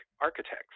architects